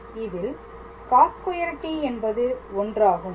இதில் cos2t என்பது ஒன்றாகும்